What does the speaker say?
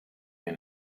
wir